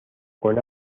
con